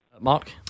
Mark